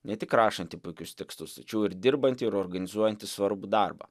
ne tik rašanti puikius tekstus tačiau ir dirbanti ir organizuojanti svarbų darbą